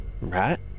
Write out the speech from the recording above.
right